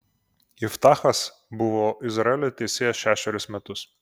iftachas buvo izraelio teisėjas šešerius metus